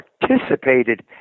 participated